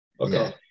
Okay